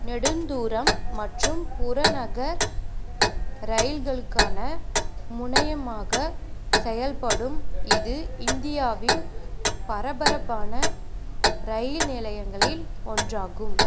நெடுந்தூரம் மற்றும் புறநகர் ரயில்களுக்கான முனையமாகச் செயல்படும் இது இந்தியாவின் பரபரப்பான ரயில் நிலையங்களில் ஒன்றாகும்